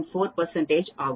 4 ஆகும்